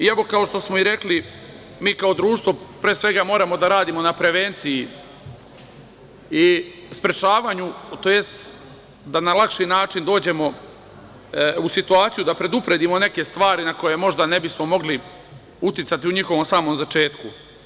Evo, kao što smo i rekli, mi kao društvo, pre svega, moramo da radimo na prevenciji i sprečavanju, tj. da na lakši način dođemo u situaciju da predupredimo neke stvari na koje možda ne bismo mogli uticati u njihovom samom začetku.